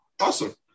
Awesome